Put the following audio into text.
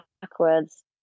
backwards